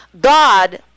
God